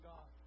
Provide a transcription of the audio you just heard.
God